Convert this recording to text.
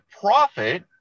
profit